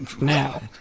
Now